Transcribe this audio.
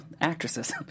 actresses